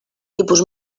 tipus